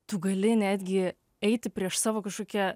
tu gali netgi eiti prieš savo kažkokią